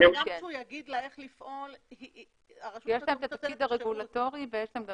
יש להם את התפקיד הרגולטורי ויש להם גם את